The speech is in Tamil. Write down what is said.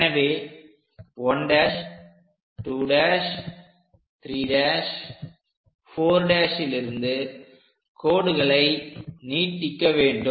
எனவே 1' 2' 3' 4' லிருந்து கோடுகளை நீட்டிக்க வேண்டும்